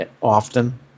often